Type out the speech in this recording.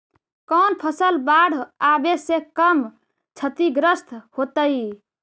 कौन फसल बाढ़ आवे से कम छतिग्रस्त होतइ?